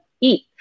eat